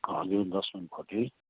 हजुर दक्षिणपट्टि